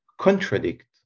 contradict